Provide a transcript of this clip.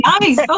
nice